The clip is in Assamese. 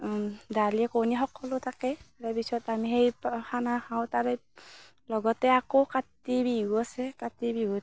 দালি কণী সকলো থাকে তাৰ পিছত আমি সেই খানা খাওঁ তাৰেই লগতে আকৌ কাতি বিহু আছে কাতি বিহুত